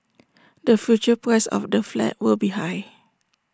the future price of the flat will be high